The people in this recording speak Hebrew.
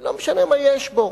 ולא משנה מה יש בו.